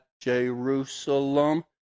Jerusalem